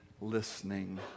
listening